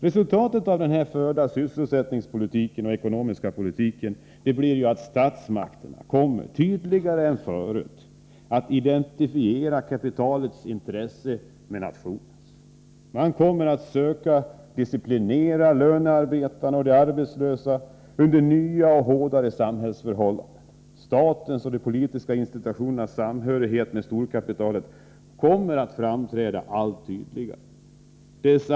Resultatet av den förda sysselsättningspolitiken och ekonomiska politiken blir att statsmakterna tydligare än förut kommer att identifiera kapitalets intressen med nationens. Man kommer att söka disciplinera lönearbetarna och de arbetslösa under nya och hårdare samhällsförhållanden. Statens och de politiska institutionernas samhörighet med storkapitalet kommer att framträda allt tydligare.